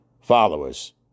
followers